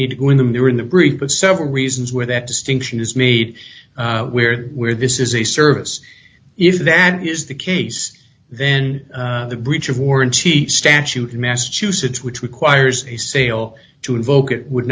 need to go in the mirror in the brief but several reasons where that distinction is made where where this is a service if that is the case then the breach of warranty statute in massachusetts which requires a sale to invoke it would